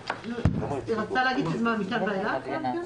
--- היא רצתה להגיד שמה, מכאן ואילך?